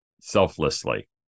selflessly